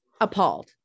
appalled